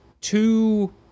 two